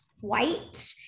white